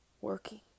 working